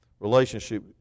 relationship